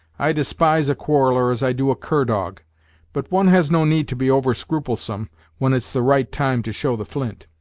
i despise a quarreller as i do a cur-dog but one has no need to be over-scrupulsome when it's the right time to show the flint.